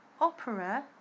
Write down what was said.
opera